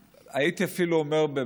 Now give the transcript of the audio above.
הייתי אומר אפילו,